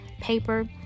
paper